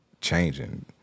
changing